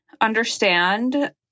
understand